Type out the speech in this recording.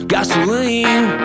Gasoline